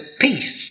peace